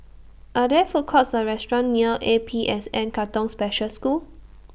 Are There Food Courts Or restaurants near A P S N Katong Special School